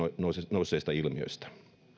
nousseista ilmiöistä